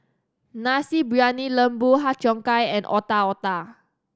Nasi Briyani Lembu Har Cheong Gai and Otak Otak